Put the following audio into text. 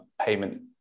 payment